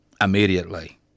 immediately